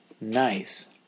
Nice